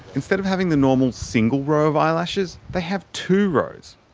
instead of having the normal single row of eyelashes, they have two rows.